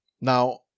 Now